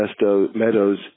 meadows